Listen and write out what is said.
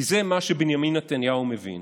כי זה מה שבנימין נתניהו מבין.